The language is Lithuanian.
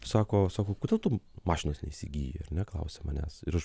sako sako kodėl tu mašinos neįsigyji ar ne klausia manęs ir aš